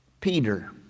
Peter